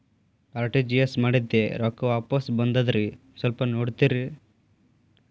RTGS ಮಾಡಿದ್ದೆ ರೊಕ್ಕ ವಾಪಸ್ ಬಂದದ್ರಿ ಸ್ವಲ್ಪ ನೋಡ್ತೇರ?